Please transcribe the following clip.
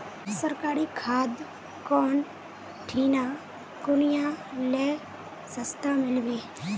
सरकारी खाद कौन ठिना कुनियाँ ले सस्ता मीलवे?